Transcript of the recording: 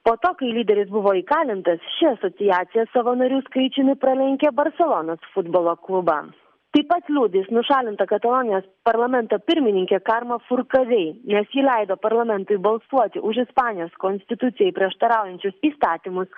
po to kai lyderis buvo įkalintas ši asociacija savo narių skaičiumi pralenkė barselonos futbolo klubą taip pat liudys nušalintą katalonijos parlamento pirmininkė karma furkavei nes ji leido parlamentui balsuoti už ispanijos konstitucijai prieštaraujančius įstatymus